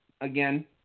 again